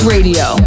Radio